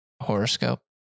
horoscope